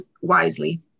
wisely